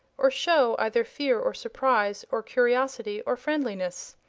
or show either fear or surprise or curiosity or friendliness.